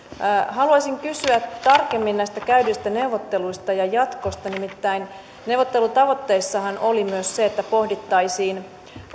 haluaisin kysyä tarkemmin näistä käydyistä neuvotteluista ja jatkosta nimittäin neuvottelutavoitteissahan oli myös se että pohdittaisiin